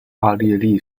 奥地利